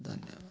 ଧନ୍ୟବାଦ